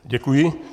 Děkuji.